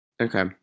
Okay